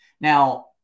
Now